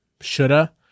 shoulda